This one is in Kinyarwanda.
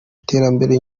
iterambere